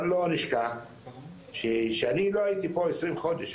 אבל לא נשכח שאני לא הייתי פה 20 חודשים,